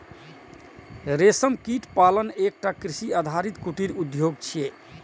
रेशम कीट पालन एकटा कृषि आधारित कुटीर उद्योग छियै